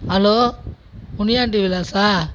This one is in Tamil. ஹலோ முனியாண்டி விலாசா